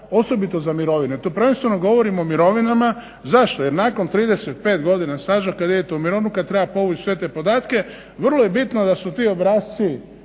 osobito za mirovine, tu prvenstveno govorim o mirovinama, zašto, jer nakon 35 godina staža kad idete u mirovinu, kad treba povući sve te podatke vrlo je bitno da su ti obrasci